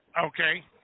Okay